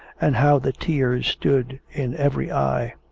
and how the tears stood in every eye.